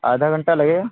آدھا گھنٹہ لگے گا